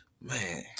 man